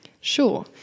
Sure